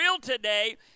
today